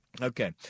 Okay